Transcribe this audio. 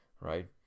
right